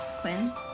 Quinn